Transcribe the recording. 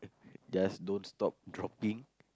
just don't stop dropping